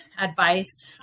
advice